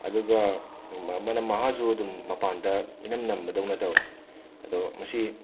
ꯑꯗꯨꯒ ꯃꯅꯝ ꯃꯍꯥꯖꯨ ꯑꯗꯨꯝ ꯃꯄꯥꯟꯗ ꯏꯅꯝ ꯅꯝꯕꯗꯧꯅ ꯇꯧꯏ ꯑꯗꯣ ꯃꯁꯤ